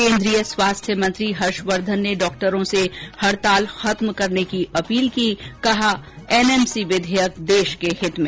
केन्द्रीय स्वास्थ्य मंत्री हर्षवर्धन ने डॉक्टरों से हड़ताल खत्म करने की अपील की कहा एनएमसी विधेयक देश के हित में